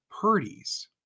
Purdy's